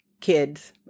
kids